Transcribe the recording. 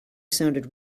sounded